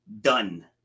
done